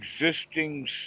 existing